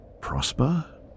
Prosper